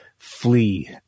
flee